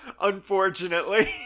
unfortunately